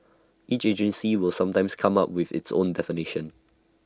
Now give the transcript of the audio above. each agency will sometimes come up with its own definition